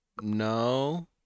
No